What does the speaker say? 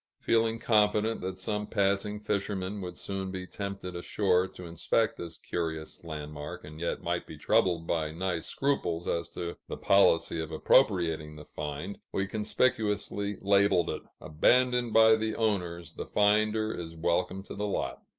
feeling confident that some passing fisherman would soon be tempted ashore to inspect this curious landmark, and yet might be troubled by nice scruples as to the policy of appropriating the find, we conspicuously labeled it abandoned by the owners! the finder is welcome to the lot.